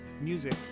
Music